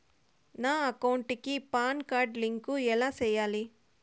నా అకౌంట్ కి PAN card link ఎలా సేయాలి